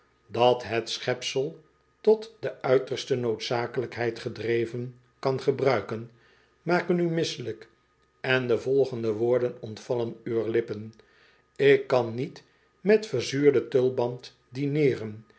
dat het schepsel tot de uiterste noodzakelijkheid gedreven kan gebruiken maken u misselijk en de volgende woorden ontvallen uwer lippen ik kan niet met verzuurden tulband